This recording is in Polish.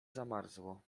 zamarzło